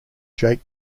jake